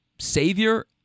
savior